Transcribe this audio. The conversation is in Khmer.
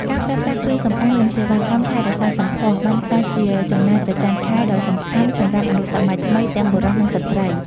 ការប្រើប្រាស់គ្រឿងសម្អាងនិងសេវាកម្មថែរក្សាសម្ផស្សបានក្លាយជាចំណាយប្រចាំខែដ៏សំខាន់សម្រាប់មនុស្សសម័យថ្មីទាំងបុរសនិងស្ត្រី។